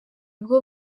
bwo